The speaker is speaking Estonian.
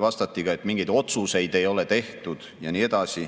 Vastati, et mingeid otsuseid ei ole tehtud, ja nii edasi.